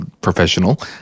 professional